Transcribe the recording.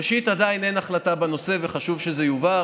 ראשית, עדיין אין החלטה בנושא, וחשוב שזה יובהר.